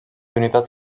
unitats